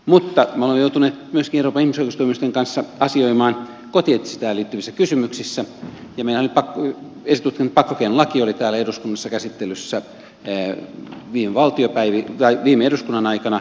mutta me olemme joutuneet myöskin euroopan ihmisoikeustuomioistuimen kanssa asioimaan kotietsintään liittyvissä kysymyksissä ja meillähän esitutkinta ja pakkokeinolaki olivat täällä eduskunnassa käsittelyssä viime eduskunnan aikana